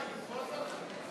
חיים, הצבעת?